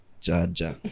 Jaja